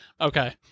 Okay